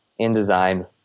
InDesign